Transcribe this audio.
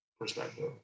perspective